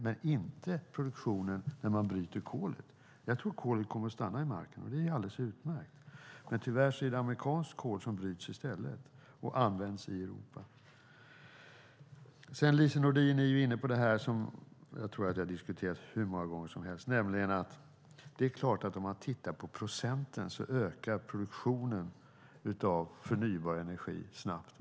Det är inte produktionen när man bryter kolet. Jag tror att kolet kommer att stanna i marken, och det är alldeles utmärkt. Men tyvärr är det amerikansk kol som bryts i stället och används i Europa. Lise Nordin är inne på det som har diskuterats hur många gånger som helst. Det är klart att om man tittar på procenten så ökar produktionen av förnybar energi snabbt.